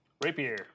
rapier